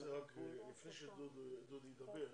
לפני שדודי ידבר,